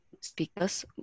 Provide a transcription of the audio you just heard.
speakers